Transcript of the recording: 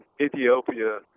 Ethiopia